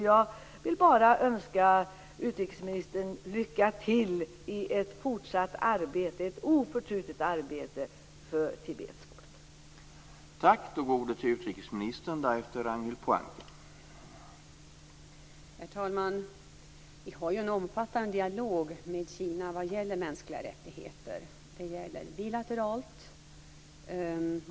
Jag vill bara önska utrikesministern lycka till i ett fortsatt oförtrutet arbete för Tibets folk.